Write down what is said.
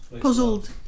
Puzzled